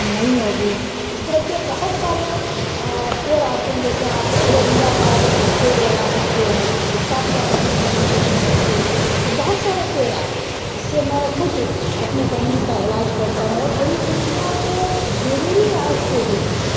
نہیں ہوگی اس طرح کے بہت سارے پیڑ آتے ہیں جیسے آپ ایلویرا کا پیڑ لگا سکتے ہیں اس کا بھی آپ جوس بنا کے پی سکتے ہیں تو بہت سارے پیڑ آتے ہیں اس سے میں خود اپنی فیملی کا علاج کرتا ہوں اور جڑی بوٹیاں تو ضروری ہے آج کے ڈیٹ میں